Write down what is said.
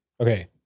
Okay